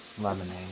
Lemonade